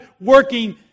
working